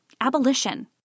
abolition